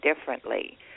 differently